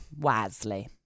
Wisely